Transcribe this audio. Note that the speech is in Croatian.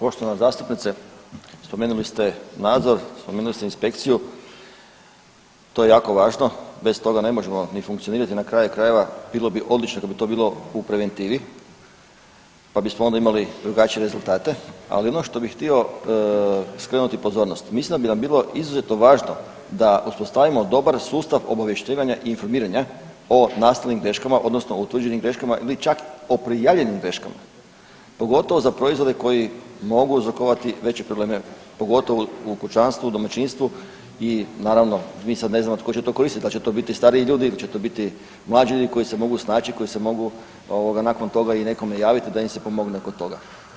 Poštovana zastupnice, spomenuli ste nadzor, spomenuli ste inspekciju, to je jako važno, bez toga ne možemo ni funkcionirati jer na kraju krajeva, bilo bi odlično da bi to bilo u preventivi pa bismo onda imali drugačije rezultate ali ono što bi htio skrenuti pozornost, mislim da bi nam bilo izuzetno važno da uspostavimo dobar sustav obavješćivanja i informiranja o nastalim greškama odnosno utvrđenim greškama ili čak o prijavljenim greškama, pogotovo za proizvode koji mogu uzrokovati veće probleme pogotovo u kućanstvu, u domaćinstvu i naravno mi sad ne znamo tko će to koristiti, dal će to biti stariji ljudi, dal će to biti mlađi ljudi koji se mogu snaći, koji se mogu nakon toga i nekome javiti da im se pomogne oko toga.